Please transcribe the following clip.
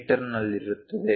me ನಲ್ಲಿರುತ್ತದೆ